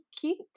cute